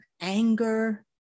anger